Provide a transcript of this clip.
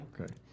Okay